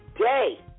Day